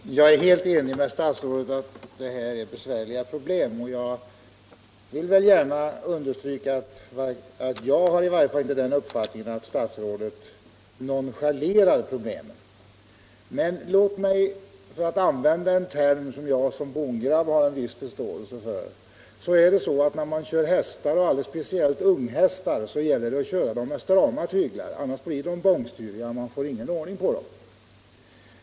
Fru talman! Jag är helt enig med statsrådet om att det här är besvärliga problem, och jag vill gärna understryka att i varje fall jag inte har den uppfattningen att statsrådet nonchalerar problemen. Men låt mig använda en term som jag som bondgrabb har en viss förståelse för. När man kör hästar, och allra helst när man kör in unghästar, gäller det att hålla strama tyglar; annars blir de bångstyriga, och man får ingen ordning på dem.